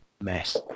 mess